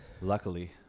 luckily